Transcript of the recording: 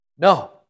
No